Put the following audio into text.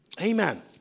Amen